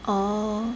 orh